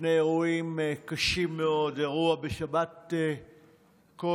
שני אירועים קשים מאוד: אירוע בשבת קודש,